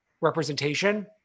representation